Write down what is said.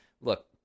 look